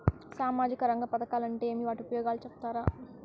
సామాజిక రంగ పథకాలు అంటే ఏమి? వాటి ఉపయోగాలు సెప్తారా?